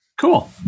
cool